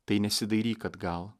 tai nesidairyk atgal